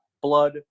blood